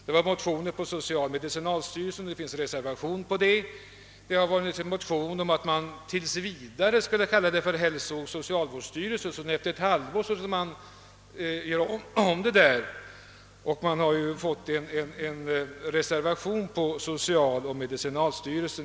I motioner har föreslagits socialstyrelsen och social-medicinalstyrelsen. Det har väckts en motion om att man tills vidare skulle kalla verket hälsooch socialvårdsstyrelsen och sedan efter ett halvår göra om namnet. Det finns en reservation som föreslår namnet social-medicinalstyrelsen.